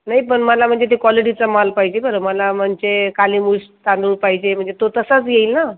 नाही पण मला म्हणजे ते क्वालिटीचा माल पाहिजे बरं मला म्हणजे काली मुश तांदूळ पाहिजे म्हणजे तो तसाच येईल ना